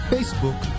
Facebook